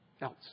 else